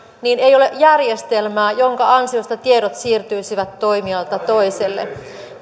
niin ei ole järjestelmää jonka ansiosta tiedot siirtyisivät toimijalta toiselle